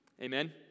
Amen